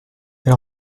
elle